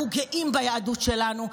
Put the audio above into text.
אנחנו גאים ביהדות שלנו,